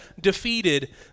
defeated